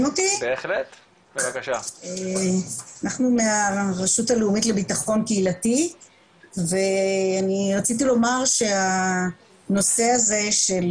אנחנו מהרשות הלאומית לביטחון קהילתי ואני רציתי לומר שהנושא הזה של